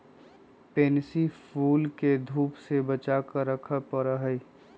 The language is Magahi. पेनसी फूल के धूप से बचा कर रखे पड़ा हई